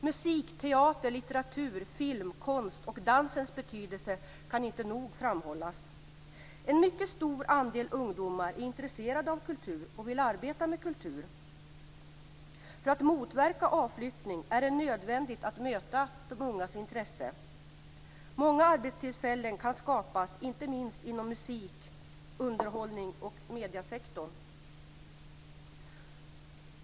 Musikens, teaterns, litteraturens, filmens, konstens och dansens betydelse kan inte nog framhållas. En mycket stor andel ungdomar är intresserade av kultur och vill arbeta med kultur. För att motverka avflyttning är det nödvändigt att möta de ungas intresse. Många arbetstillfällen kan skapas, inte minst inom musik-, underhållnings och mediesektorn.